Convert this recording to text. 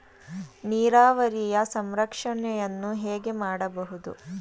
ನೀರಾವರಿಯ ಸಂರಕ್ಷಣೆಯನ್ನು ಹೇಗೆ ಮಾಡಬಹುದು?